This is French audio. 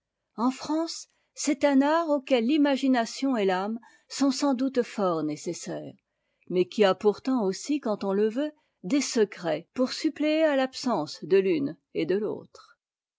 en france c'est un art auquel t'imagination et l'âme sont sans doute fort nécessaires mais qui a pourtant aussi quand on e veut des secrets pour suppléer à l'absence de l'une et de l'autre